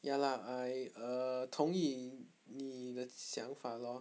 ya lah I err 同意你的想法 lor